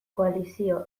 koalizio